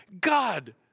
God